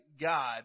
God